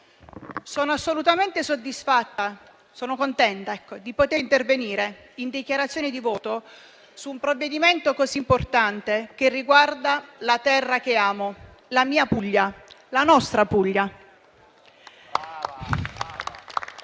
rappresentanti del Governo, sono contenta di poter intervenire in dichiarazione di voto su un provvedimento così importante che riguarda la terra che amo: la mia Puglia, la nostra Puglia.